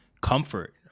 comfort